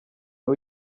aho